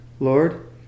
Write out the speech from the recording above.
Lord